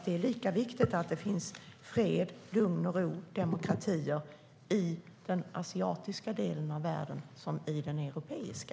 Det är lika viktigt att det finns fred, lugn och ro och demokratier i den asiatiska delen av världen som i den europeiska.